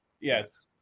Yes